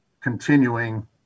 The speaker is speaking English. continuing